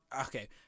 okay